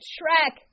Shrek